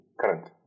Current